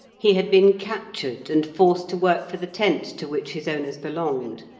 he had been captured, and forced to work for the tent to which his owners belonged.